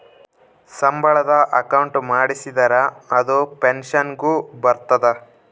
ಸಂಬಳದ ಅಕೌಂಟ್ ಮಾಡಿಸಿದರ ಅದು ಪೆನ್ಸನ್ ಗು ಬರ್ತದ